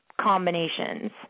combinations